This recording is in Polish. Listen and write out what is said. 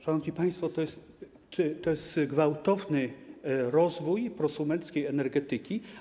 Szanowni państwo, to jest gwałtowny rozwój prosumenckiej energetyki.